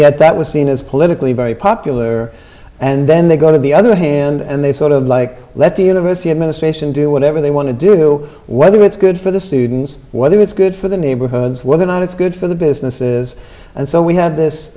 yet that was seen as politically very popular and then they go to the other hand and they sort of like let the university administration do whatever they want to do whether it's good for the students whether it's good for the neighborhoods whether or not it's good for the businesses and so we have this